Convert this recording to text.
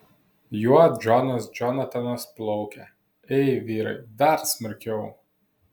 juo džonas džonatanas plaukia ei vyrai dar smarkiau